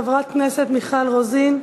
חברת כנסת מיכל רוזין,